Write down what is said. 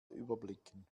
überblicken